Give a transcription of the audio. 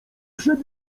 przed